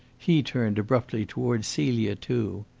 he turned abruptly towards celia too.